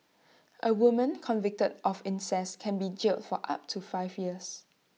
A woman convicted of incest can be jailed for up to five years